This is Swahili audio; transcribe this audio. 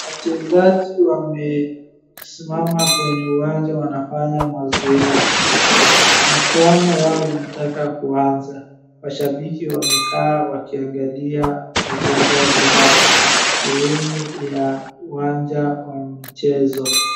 Wachezaji wamesimama kwenye uwanja wanafanya mazoezi. Mchuano yao inataka kuanza. Mashabiki wamekaa wakiangalia wachezaji hao. sehemu ya uwanja wa michezo.